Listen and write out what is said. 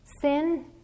Sin